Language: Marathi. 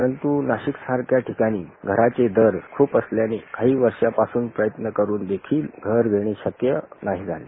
परंतू नाशिक सारख्या ठिकाणी घराचे दर खूप असल्याने काही वर्षांपासून प्रयत्न करून देखील घर घेणे क्षक्य नाही झाले